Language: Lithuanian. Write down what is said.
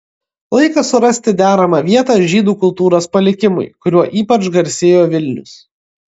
laikas surasti deramą vietą žydų kultūros palikimui kuriuo ypač garsėjo vilnius